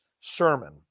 sermon